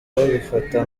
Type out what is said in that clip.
babifata